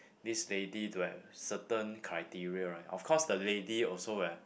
this lady to have certain criteria right of course the lady also wear